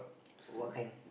what kind